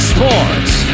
Sports